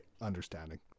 understanding